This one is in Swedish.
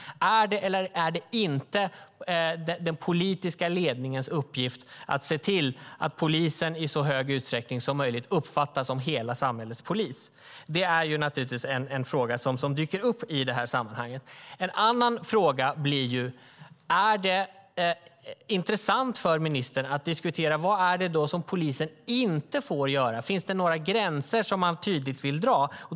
Är det eller är det inte den politiska ledningens uppgift att se till att polisen i så hög utsträckning som möjligt uppfattas som hela samhällets polis? Det är naturligtvis en fråga som dyker upp i det här sammanhanget. En annan fråga blir: Är det intressant för ministern att diskutera vad det är som polisen inte får göra? Finns det några gränser som man tydligt vill dra?